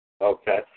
Okay